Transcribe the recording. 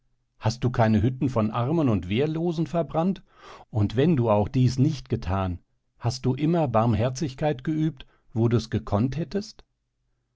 hast du keine hütten von armen und wehrlosen verbrannt und wenn du auch dies nicht getan hast du immer barmherzigkeit geübt wo du es gekonnt hättest